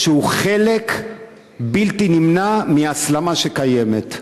שהוא חלק בלתי נמנע מההסלמה שקיימת.